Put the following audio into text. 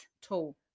Tall